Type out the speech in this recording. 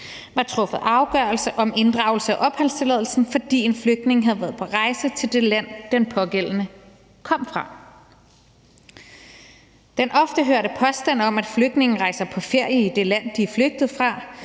var truffet afgørelse om inddragelse af opholdstilladelsen, fordi en flygtning havde været på rejse til det land, den pågældende kom fra. Den ofte hørte påstand om, at flygtninge rejser på ferie i det land, de er flygtet fra,